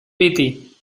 piti